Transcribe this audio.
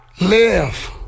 Live